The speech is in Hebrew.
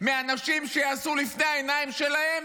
אנשים שיעשו פעולות מיניות לפני העיניים שלהן?